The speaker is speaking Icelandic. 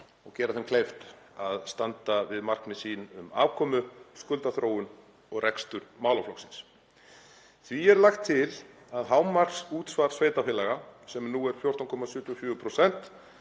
og gera þeim kleift að standa við markmið sín um afkomu og skuldaþróun og rekstur málaflokksins. Því er lagt til að hámarksútsvar sveitarfélaga, sem nú er 14,74%,